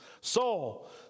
Saul